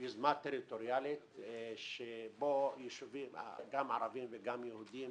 יוזמה טריטוריאלית בה יישובים גם ערבים וגם יהודים